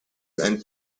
and